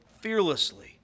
fearlessly